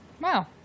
Wow